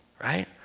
right